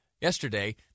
yesterday